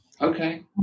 Okay